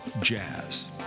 Jazz